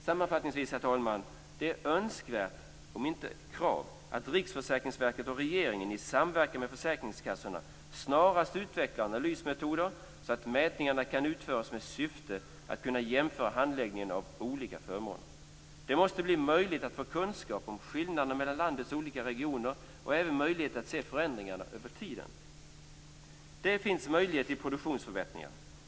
Sammanfattningsvis, herr talman: Det är önskvärt, om inte ett krav, att Riksförsäkringsverket och regeringen i samverkan med försäkringskassorna snarast utvecklar analysmetoder så att mätningar kan utföras med syfte att jämföra handläggningen av olika förmåner. Det måste bli möjligt att få kunskap om skillnaderna mellan landets olika regioner. Det måste även finnas en möjlighet att se förändringar över tiden. Det finns möjlighet till produktionsförbättringar.